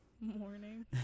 Morning